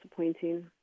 disappointing